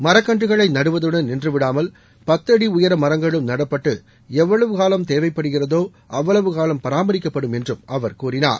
மரக்கன்றுகளை நடுவதுடன் நின்றுவிடாமல் பத்துஅடி உயர மரங்களும் நடப்பட்டு எவ்வளவு காலம் தேவைப்படுகிறதோ அவ்வளவு காலம் பராமரிக்கப்படும் என்று அவர் கூறினார்